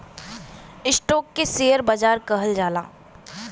stock के share बाजार कहल जाला